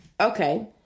okay